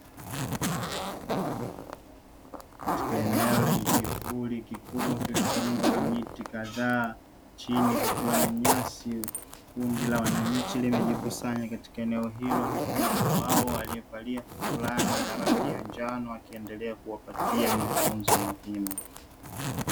Katika eneo lenye kivuli kikubwa kilichoundwa na miti kadhaa, chini kukiwa na nyasi; kundi la wananchi limejikusanya katika eneo hilo, huku mmoja wao aliyevalia fulana ya rangi ya njano, akiendelea kuwapatia mafunzo muhimu.